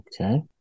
okay